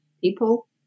People